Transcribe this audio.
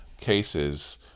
cases